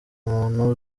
muntu